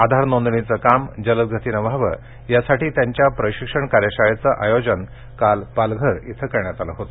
आधार नोंदणीचं काम जलद गतीनं व्हावं यासाठी त्यांच्या प्रशिक्षण कार्यशाळेचं आयोजन काल पालघर इथं करण्यात आलं होत